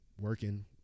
working